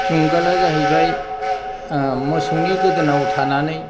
जुंगाला जाहैबाय मोसौनि गोदोनायाव थानानै